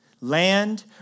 land